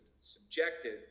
subjected